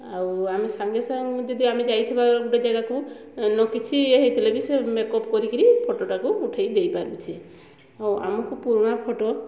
ଆଉ ଆମେ ସାଙ୍ଗେସାଙ୍ଗେ ଯଦି ଆମେ ଯାଇଥିବା ଗୋଟେ ଜାଗାକୁ ନ କିଛି ଇଏ ହେଇଥିଲେ ବି ସେ ମେକ୍ଅପ୍ କରିକିରି ଫଟୋଟାକୁ ଉଠାଇ ଦେଇପାରୁଛି ଆଉ ଆମକୁ ପୁରୁଣା ଫଟୋ